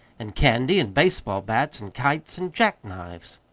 and candy and baseball bats and kites and jack-knives.